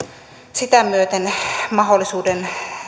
sitä myöten mahdollisuuden